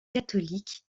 catholique